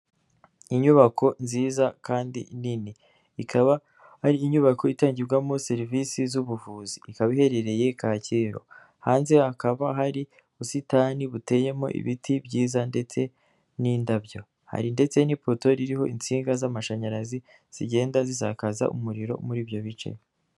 Inyubako nziza kandi nini ikaba ari inyubako itangirwamo serivisi z'ubuvuzi, ikaba iherereye Kacyiru hanze hakaba hari ubusitani buteyemo ibiti byiza ndetse n'indabyo, hari ndetse n'iporoto ririho insinga z'amashanyarazi zigenda zisakaza umuriro muri ibyo bice.